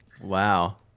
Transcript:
Wow